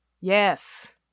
Yes